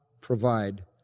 provide